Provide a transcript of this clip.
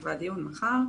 נקבע דיון למחר,